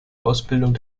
ausbildung